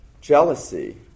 jealousy